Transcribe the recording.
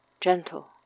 gentle